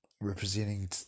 representing